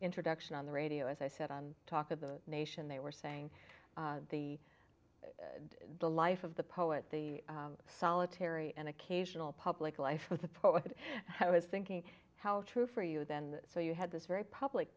introduction on the radio as i said on talk of the nation they were saying the the life of the poet the solitary and occasional public life with a poet i was thinking how true for you then so you had this very public